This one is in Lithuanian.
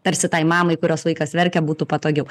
tarsi tai mamai kurios vaikas verkia būtų patogiau